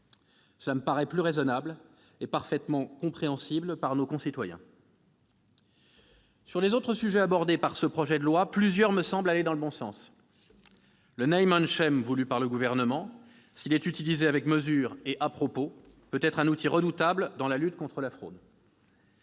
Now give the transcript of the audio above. Cela me paraît plus raisonnable et parfaitement compréhensible par nos concitoyens. Pour ce qui concerne les autres sujets abordés par ce projet de loi, plusieurs dispositions me semblent aller dans le bon sens. Le voulu par le Gouvernement, s'il est utilisé avec mesure et à propos, peut être un outil redoutable dans la lutte contre la fraude.